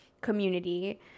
community